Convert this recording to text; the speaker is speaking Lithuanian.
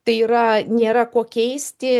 tai yra nėra kuo keisti